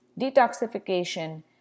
detoxification